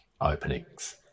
openings